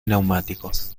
neumáticos